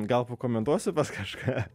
gal pakomentuosiu pas kažką